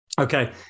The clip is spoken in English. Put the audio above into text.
okay